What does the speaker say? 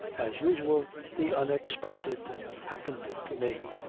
as usual the unexpected happened to me.